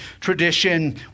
tradition